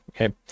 okay